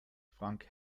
frank